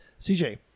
CJ